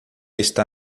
está